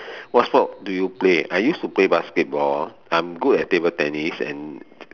what sport do you play I used to play basketball I'm good at table tennis and